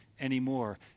anymore